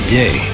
day